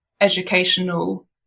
educational